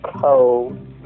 cold